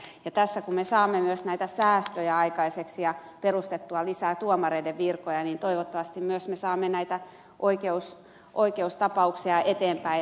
tässä kun me saamme myös näitä säästöjä aikaiseksi ja perustettua lisää tuomarinvirkoja niin toivottavasti myös me saamme näitä oikeustapauksia eteenpäin rivakammin